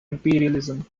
imperialism